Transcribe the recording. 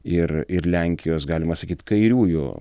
ir ir lenkijos galima sakyt kairiųjų